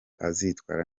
azitwara